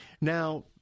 Now